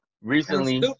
recently